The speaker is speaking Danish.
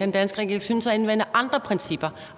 den danske regering synes at anvende andre principper,